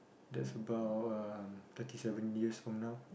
that's about um thirty seven years from now